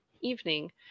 evening